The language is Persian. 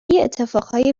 اتفاقهای